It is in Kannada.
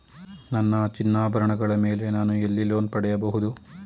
ನನ್ನ ಚಿನ್ನಾಭರಣಗಳ ಮೇಲೆ ನಾನು ಎಲ್ಲಿ ಲೋನ್ ಪಡೆಯಬಹುದು?